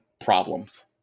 problems